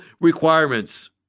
requirements